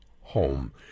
home